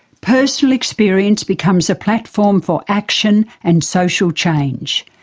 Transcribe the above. personal experience becomes a platform for action and social change.